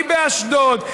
היא באשדוד.